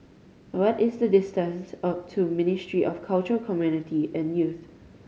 what is the distance of to Ministry of Culture Community and Youth